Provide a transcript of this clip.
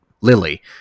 Lily